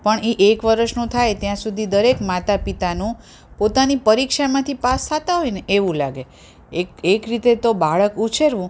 પણ એ એક વર્ષનો થાય ત્યાં સુધી દરેક માતા પિતાનો પોતાની પરીક્ષામાંથી પાસ થતાં હોય ને એવું લાગે એક એક રીતે તો બાળક ઉછેરવું